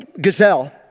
gazelle